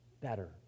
better